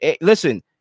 listen